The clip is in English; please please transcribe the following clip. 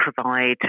provide